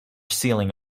sealing